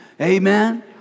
Amen